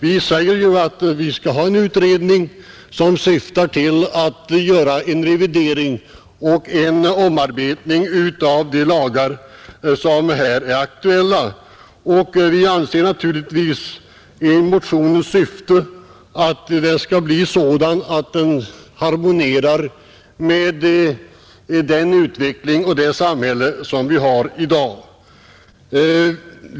Vi säger ju att vi skall ha en utredning, som syftar till en revidering och omarbetning av de lagar som här är aktuella. Vi anser naturligtvis — det är motionens syfte — att lagarna skall bli sådana att de harmonierar med den utveckling och det samhälle som vi har i dag.